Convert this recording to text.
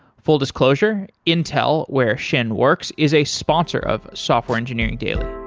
full disclosure intel, where xin works, is a sponsor of software engineering daily